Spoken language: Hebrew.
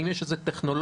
האם יש איזו טכנולוגיה?